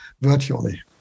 virtually